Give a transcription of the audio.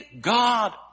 God